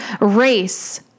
race